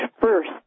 first